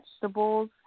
vegetables